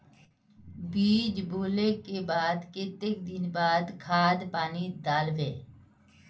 बीज बोले के बाद केते दिन बाद खाद पानी दाल वे?